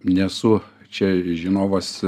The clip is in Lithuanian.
nesu čia žinovas